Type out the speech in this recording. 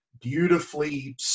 beautifully